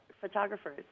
photographers